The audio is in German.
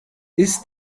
ist